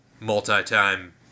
multi-time